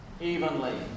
evenly